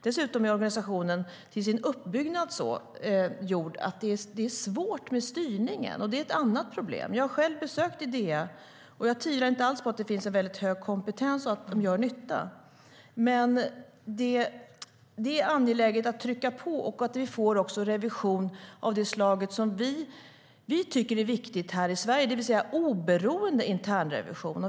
Dessutom är organisationen uppbyggd på ett sådant sätt att det är svårt med styrningen, och det är ett annat problem. Jag har själv besökt Idea, och jag tvivlar inte alls på att det finns en väldigt hög kompetens och att man gör nytta, men det är angeläget att vi också får revision av det slag som vi tycker är viktigt här i Sverige, det vill säga med oberoende internrevision.